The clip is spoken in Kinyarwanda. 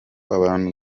abantu